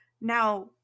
Now